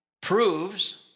proves